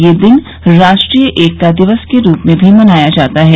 ये दिन राष्ट्रीय एकता दिवस के रूप में भी मनाया जाता है